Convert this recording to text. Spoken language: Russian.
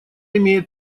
имеет